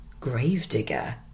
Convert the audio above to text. gravedigger